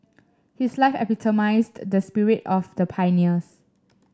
his life epitomised the spirit of the pioneers